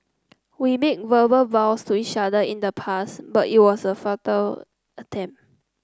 we made verbal vows to each other in the past but it was a futile attempt